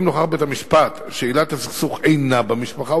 אם נוכח בית-המשפט שעילת הסכסוך אינה במשפחה,